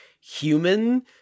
human